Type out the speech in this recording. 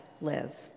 live